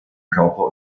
körper